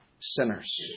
sinners